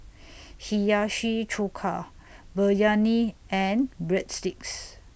Hiyashi Chuka Biryani and Breadsticks